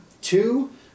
two